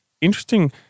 interesting